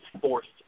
forced